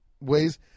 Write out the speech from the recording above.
ways